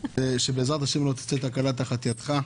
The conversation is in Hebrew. שבעזרת השם לא תיפול תקלה תחת ידך.